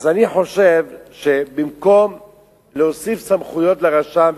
אז אני חושב שבמקום להוסיף סמכויות לרשם,